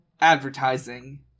advertising